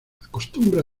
acostumbra